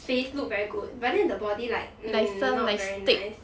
face look very good but then the body like mm not very nice